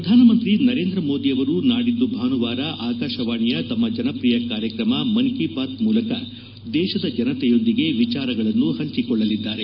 ಪ್ರಧಾನಮಂತ್ರಿ ನರೇಂದ್ರ ಮೋದಿ ಅವರು ನಾಡಿದ್ದು ಭಾನುವಾರ ಆಕಾಶವಾಣಿಯ ತಮ್ಮ ಜನಪ್ರಿಯ ಕಾರ್ಯಕ್ರಮ ಮನ್ ಕಿ ಬಾತ್ ಮೂಲಕ ದೇಶದ ಜನತೆಯೊಂದಿಗೆ ವಿಚಾರಗಳನ್ನು ಹಂಚಿಕೊಳ್ಳಲಿದ್ದಾರೆ